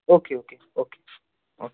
okay okay okay okay